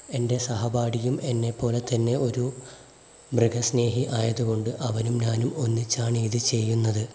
എൻ്റെ സഹപാഠിയും എന്നെപ്പോലെ തന്നെ ഒരു മൃഗസ്നേഹിയായതുകൊണ്ട് അവനും ഞാനും ഒന്നിച്ചാണിത് ചെയ്യുന്നത്